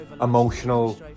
emotional